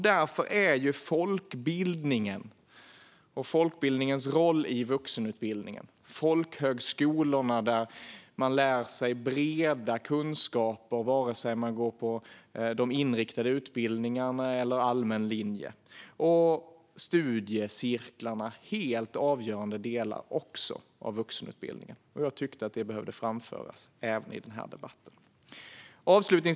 Därför är folkbildningen och folkbildningens roll i vuxenutbildningen - folkhögskolorna där man får breda kunskaper vare sig man går på de inriktade utbildningarna eller allmän linje och studiecirklarna - helt avgörande. Jag tyckte att det behövde framföras även i den här debatten. Herr talman!